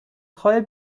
خوای